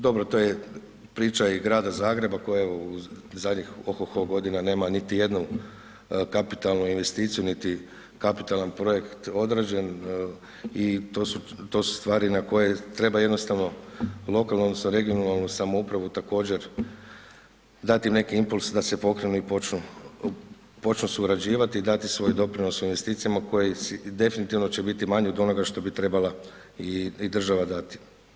Dobro, to je priča i grada Zagreba koja evo u zadnjih ohoho godina nema niti jednu kapitalnu investiciju niti kapitalan projekt odrađen i to su stvari na koje treba jednostavno lokalno odnosno regionalnu samoupravu također, dati neki impuls da se pokrene i počnu surađivati i dati svoj doprinos u investicijama koje definitivno će biti manje od onoga što bi trebala i država dati.